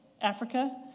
Africa